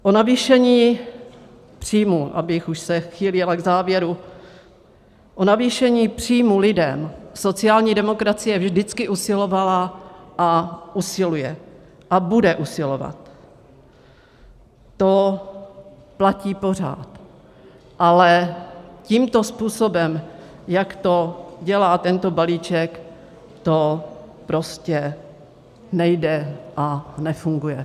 O navýšení příjmů, abych už se chýlila k závěru, o navýšení příjmů lidem sociální demokracie vždycky usilovala a usiluje a bude usilovat, to platí pořád, ale tímto způsobem, jak to dělá tento balíček, to prostě nejde a nefunguje.